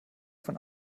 von